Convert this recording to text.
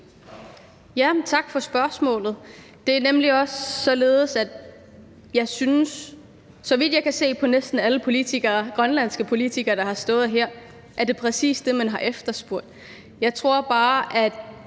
Tak for spørgsmålet. Det er nemlig også således, at så vidt jeg kan se på næsten alle grønlandske politikere, der har stået her, er det præcis det, man har efterspurgt. Jeg tror bare, at